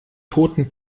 toten